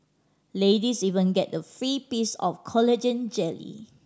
ladies even get a free piece of collagen jelly